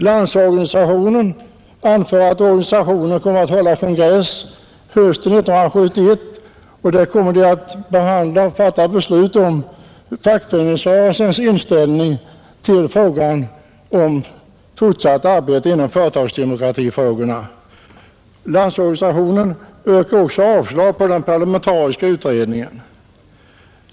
Landsorganisationen anför att organisationens kongress hösten 1971 kommer att fatta beslut om fackföreningsrörelsens politik i företagsdemokratifrågorna. Landsorganisationen yrkar också avslag på den parlamentariska utredningen.